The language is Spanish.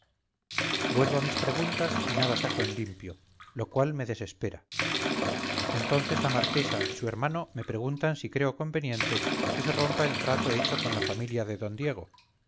vuelvo a mis preguntas y nada saco en limpio lo cual me desespera entonces la marquesa y su hermano me preguntan si creo conveniente que se rompa el trato hecho con la familia de don diego